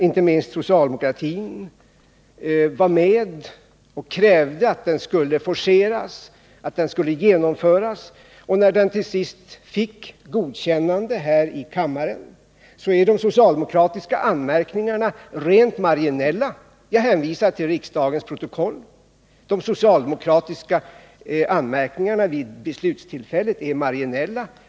Inte minst socialdemokratin krävde att denna förhandling skulle forceras och genomföras, och när den till sist fick godkännande här i kammaren var de socialdemokratiska anmärkningarna rent marginella. Jag hänvisar till riksdagens protokoll. Om man läser det kan man konstatera att de socialdemokratiska anmärkningarna vid riksdagsbeslutet var marginella.